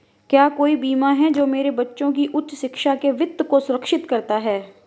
क्या कोई बीमा है जो मेरे बच्चों की उच्च शिक्षा के वित्त को सुरक्षित करता है?